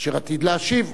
אשר עתיד להשיב.